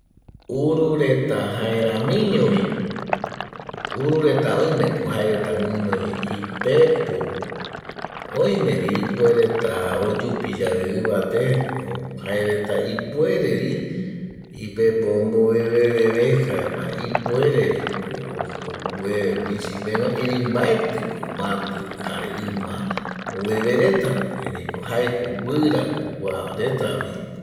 Urureta jaeramiño viko urureta oime ko jaereta guinoi ipepo oime vi ipuereta oyupi yave ibate jaereta ipuerevi ipepo ombobebebe jaema ipuere viko obebe misipegua erei mbaeti ko mati jare ima obebe reta erei ko jae ko guira ko kua reta vi